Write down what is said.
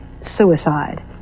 suicide